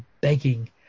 begging